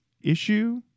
issue